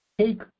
take